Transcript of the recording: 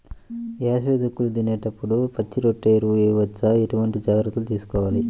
వేసవి దుక్కులు దున్నేప్పుడు పచ్చిరొట్ట ఎరువు వేయవచ్చా? ఎటువంటి జాగ్రత్తలు తీసుకోవాలి?